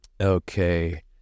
Okay